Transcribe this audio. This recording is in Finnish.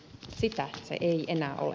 sitä se ei enää ole